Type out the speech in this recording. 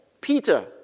Peter